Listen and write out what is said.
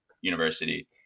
University